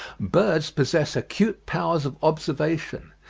birds possess acute powers of observation.